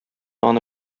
аны